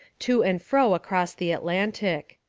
to and fro across the atlantic.